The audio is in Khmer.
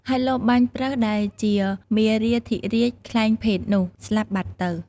ហើយលបបាញ់ប្រើសដែលជាមារាធិរាជក្លែងភេទនោះ ស្លាប់បាត់ទៅ។